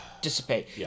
dissipate